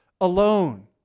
alone